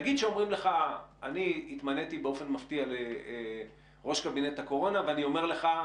נגיד אני התמניתי באופן מפתיע לראש קבינט הקורונה ואני אומר לך,